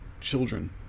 children